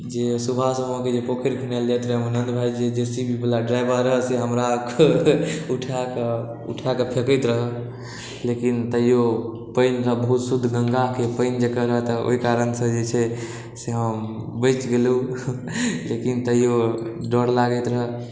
जे सुबहसँ जतय पोखरि खुनायल जाइत रहय आनन्द भाइजी जे सी बी वला ड्राइवर रहय से हमरा उठा कऽ उठाके फेकैत रहए लेकिन तैओ पानि रहै बहुत शुद्ध गङ्गाके ओ पानि जखन रहै तऽ ओहि कारण जे छै से हम बचि गेलहुँ लेकिन तैओ डर लागैत रहए